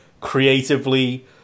creatively